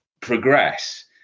progress